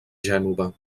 gènova